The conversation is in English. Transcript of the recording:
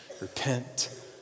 Repent